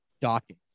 docking